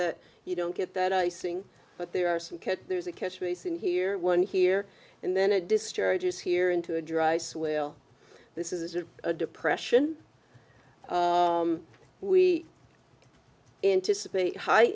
that you don't get that icing but there are some there's a catch basin here one here and then it discharges here into a dry ice will this is a depression we anticipate hi